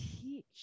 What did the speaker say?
teach